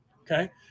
Okay